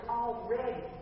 already